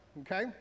okay